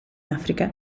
africa